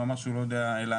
והוא אמר שהוא לא יודע לענות,